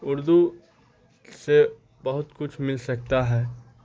اردو سے بہت کچھ مل سکتا ہے